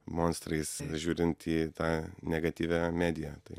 monstrais žiūrint į tą negatyviąją mediją tai